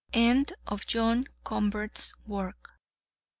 end of john convert's work.